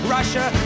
Russia